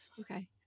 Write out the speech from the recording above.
okay